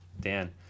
Dan